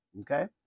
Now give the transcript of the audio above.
Okay